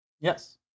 Yes